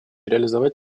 реализовать